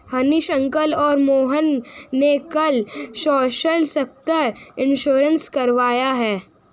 Hanish uncle और मोहन ने कल सोशल सेक्टर इंश्योरेंस करवाया है